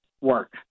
work